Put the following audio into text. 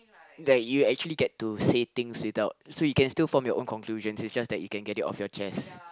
that you actually get to say things without so you can still form your own conclusions it's just that you can get it off your chest